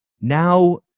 Now